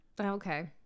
Okay